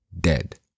dead